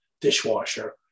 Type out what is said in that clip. dishwasher